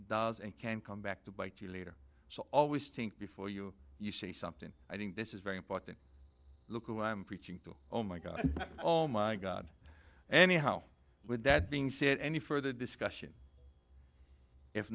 does and can come back to bite you later so always think before you you see something i think this is very important look who i am preaching to all my god oh my god anyhow with that being said any further discussion if